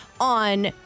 on